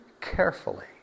carefully